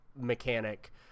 mechanic